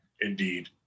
indeed